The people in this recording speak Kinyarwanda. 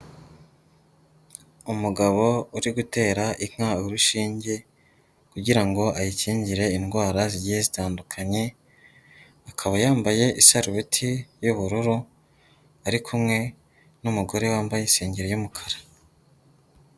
Umugabo uri gutera inka urushinge kugira ngo ayikingire indwara zigiye zitandukanye, akaba yambaye isarubeti y'ubururu, ari kumwe n'umugore wambaye isengeri y'umukara.